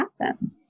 happen